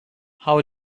how